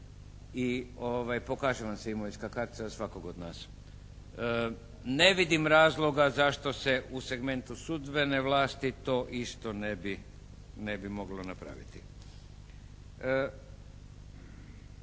i pokaže vam se imovinska kartica za svakog od nas. Ne vidim razloga zašto se u segmentu sudbene vlasti to isto ne bi moglo napraviti.